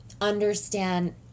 understand